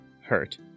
hurt